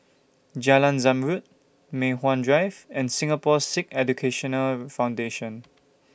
Jalan Zamrud Mei Hwan Drive and Singapore Sikh Education Foundation